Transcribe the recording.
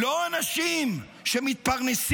לא אנשים שמתפרנסים